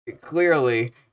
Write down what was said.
clearly